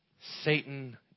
Satan